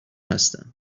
هستم